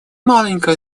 маленькая